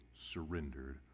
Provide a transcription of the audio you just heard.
surrendered